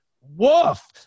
Woof